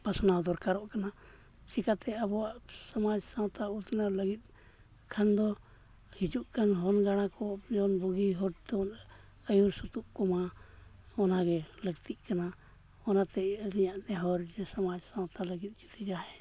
ᱯᱟᱥᱱᱟᱣ ᱫᱚᱨᱠᱟᱨᱚᱜ ᱠᱟᱱᱟ ᱪᱤᱠᱟᱹᱛᱮ ᱟᱵᱚᱣᱟᱜ ᱥᱚᱢᱟᱡᱽ ᱥᱟᱶᱛᱟ ᱩᱛᱱᱟᱹᱣ ᱞᱟᱹᱜᱤᱫ ᱠᱷᱟᱱ ᱫᱚ ᱦᱤᱡᱩᱜ ᱠᱟᱱ ᱦᱚᱱ ᱜᱟᱬᱟ ᱠᱚ ᱡᱮᱢᱚᱱ ᱵᱩᱜᱤ ᱦᱚᱨ ᱛᱮᱵᱚᱱ ᱟᱹᱭᱩᱨ ᱥᱩᱛᱩᱜ ᱠᱚᱢᱟ ᱚᱱᱟᱜᱮ ᱞᱟᱹᱠᱛᱤᱜ ᱠᱟᱱᱟ ᱚᱱᱟᱛᱮ ᱟᱹᱞᱤᱧᱟᱜ ᱱᱮᱦᱚᱨ ᱥᱚᱢᱟᱡᱽ ᱥᱟᱶᱛᱟ ᱞᱟᱹᱜᱤᱫ ᱡᱩᱫᱤ ᱡᱟᱦᱟᱸᱭ